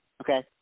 okay